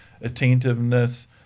attentiveness